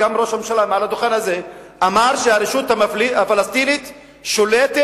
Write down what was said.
גם ראש הממשלה מעל הדוכן הזה אמר שהרשות הפלסטינית שולטת